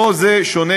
פה זה שונה,